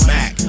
Mac